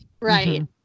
Right